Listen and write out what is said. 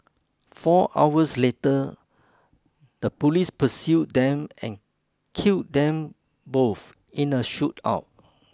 four hours later the police pursued them and killed them both in a shootout